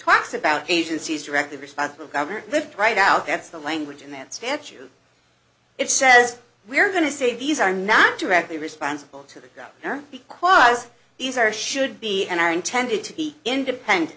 talks about agencies directly responsible government lived right out that's the language in that statute it says we're going to say these are not directly responsible to the governor because these are should be and are intended to be independent